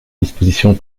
dispositions